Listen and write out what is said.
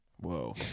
Whoa